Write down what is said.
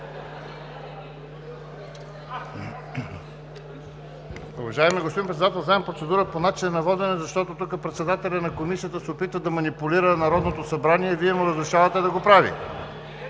Уважаеми господин Председател, взимам процедура по начина на водене, защото тук председателят на Комисията се опитва да манипулира Народното събрание и Вие му разрешавате да го прави.